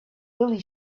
really